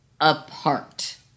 apart